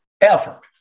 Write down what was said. effort